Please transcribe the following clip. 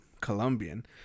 Colombian